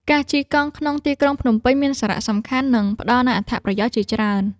ការជិះកង់ក្នុងទីក្រុងភ្នំពេញ មានសារៈសំខាន់ និងផ្ដល់នូវអត្ថប្រយោជន៍ជាច្រើន។